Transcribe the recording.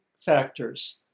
factors